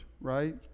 right